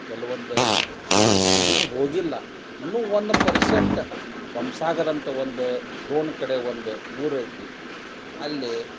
ಕೆಲವೊಂದು ಇವು ಇನ್ನೂ ಹೋಗಿಲ್ಲ ಇನ್ನೂ ಒನ್ ಪರ್ಸೆಂಟ್ ಈ ಬೊಮ್ಮಸಾಗರ ಅಂತ ಒಂದು ರೋಣ ಕಡೆ ಒಂದು ಊರು ಐತಿ ಅಲ್ಲಿ